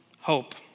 Hope